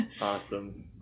awesome